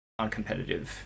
uncompetitive